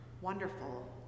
Wonderful